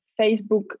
facebook